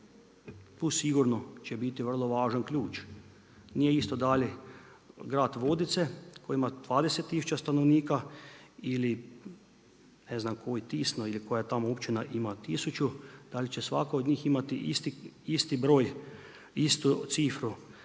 Tu sigurno će biti vrlo važan ključ. Nije isto da li grad Vodice koji ima 20000 stanovnika ili ne znam koji, Tisno ili koja tamo općina ima 1000, da li će svaka od njih imati isti broj, istinu cifru